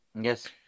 Yes